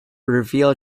reveal